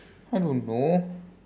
I don't know